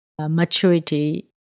maturity